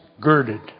girded